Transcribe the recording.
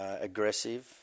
aggressive